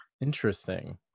interesting